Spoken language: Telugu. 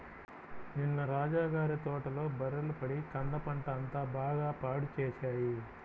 నిన్న రాజా గారి తోటలో బర్రెలు పడి కంద పంట అంతా బాగా పాడు చేశాయి